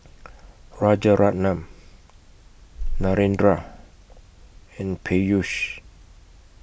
Rajaratnam Narendra and Peyush